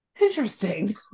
interesting